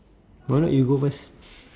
alright you go first